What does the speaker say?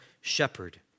shepherd